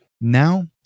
Now